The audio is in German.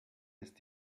ist